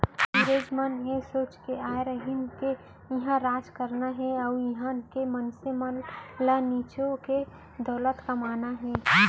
अंगरेज मन ए सोच के आय रहिन के इहॉं राज करना हे अउ इहॉं के मनसे ल निचो के दौलत कमाना हे